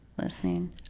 listening